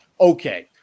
Okay